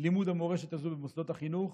לימוד המורשת הזו במוסדות החינוך.